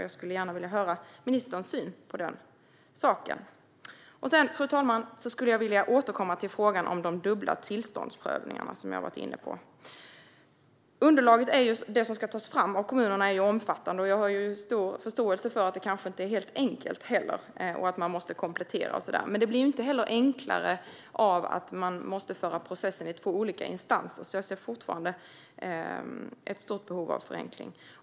Jag skulle gärna höra ministerns syn på den saken. Fru talman! Jag skulle vilja återkomma till frågan om de dubbla tillståndsprövningarna, som jag redan har varit inne på. Det underlag som ska tas fram av kommunerna är omfattande, och jag har stor förståelse för att det kanske inte heller är helt enkelt att göra detta, att man måste komplettera och så vidare. Men det blir inte enklare av att man måste driva processen i två olika instanser, så jag ser fortfarande ett stort behov av förenkling.